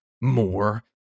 more